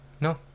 No